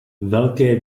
velké